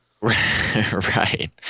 Right